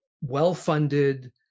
Well-funded